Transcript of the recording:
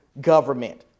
government